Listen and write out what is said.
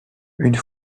une